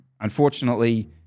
Unfortunately